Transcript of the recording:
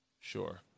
Sure